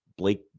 Blake